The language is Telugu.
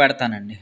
పెడతానండి